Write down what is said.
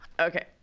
Okay